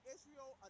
Israel